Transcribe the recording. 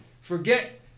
Forget